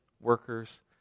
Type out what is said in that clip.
workers